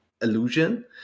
illusion